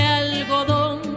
algodón